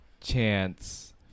chance